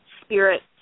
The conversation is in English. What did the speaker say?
spirit